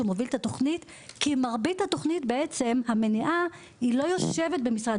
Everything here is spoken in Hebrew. מוביל את התוכנית כי מרבית התוכנית בעצם לא יושב במשרד